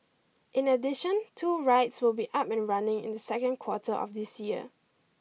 in addition two rides will be up and running in the second quarter of this year